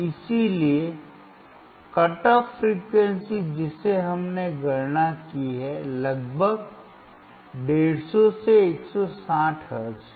इसलिए cut off frequency जिसे हमने गणना की है लगभग 150 से 160 हर्ट्ज है